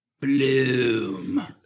Bloom